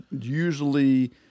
usually